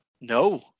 No